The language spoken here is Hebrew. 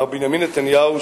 מר בנימין נתניהו,